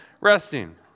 resting